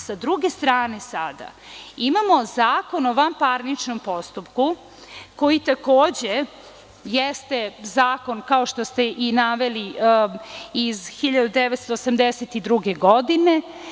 S druge strane sada imamo Zakon o vanparničnom postupku koji takođe jeste zakon, kao što ste i naveli, iz 1982. godine.